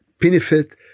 benefit